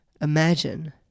imagine